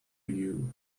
you